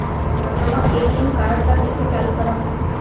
नवा ATM card ल कइसे चालू करव?